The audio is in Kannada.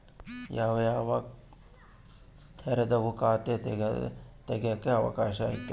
ಯಾವ್ಯಾವ ತರದುವು ಖಾತೆ ತೆಗೆಕ ಅವಕಾಶ ಐತೆ?